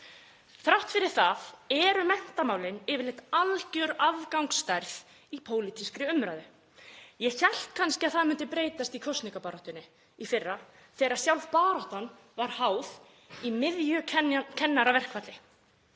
Þrátt fyrir það eru menntamálin yfirleitt algjör afgangsstærð í pólitískri umræðu. Ég hélt kannski að það myndi breytast í kosningabaráttunni í fyrra þegar sjálf baráttan var háð í miðju kennaraverkfalli.